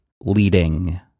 leading